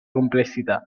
complessità